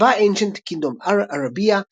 place/Saba-ancient-kingdom-Arabia סבא,